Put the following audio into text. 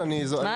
אבל אני מקבל.